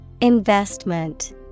Investment